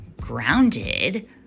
grounded